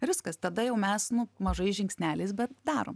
ir viskas tada jau mes nu mažais žingsneliais bet darom